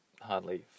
hardly